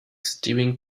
sterling